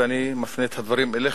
ואני מפנה את הדברים אליך,